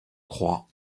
crois